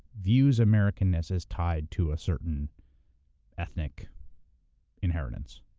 views americanness as tied to a certain ethnic inheritance.